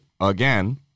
Again